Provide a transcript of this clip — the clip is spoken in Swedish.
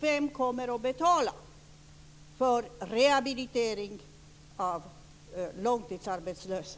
Vem kommer att betala för rehabilitering av långtidsarbetslösa?